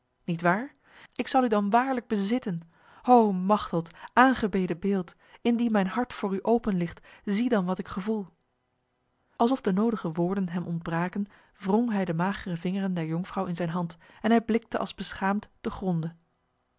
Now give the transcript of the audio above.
nietwaar ik zal u dan waarlijk bezitten o machteld aangebeden beeld indien mijn hart voor u open ligt zie dan wat ik gevoel alsof de nodige woorden hem ontbraken wrong hij de magere vingeren der jonkvrouw in zijn hand en hij blikte als beschaamd te gronde